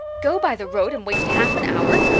go by the road and waste half an hour!